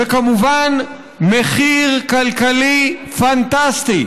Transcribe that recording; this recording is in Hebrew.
וכמובן, המחיר הכלכלי פנטסטי,